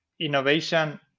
innovation